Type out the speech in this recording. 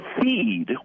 feed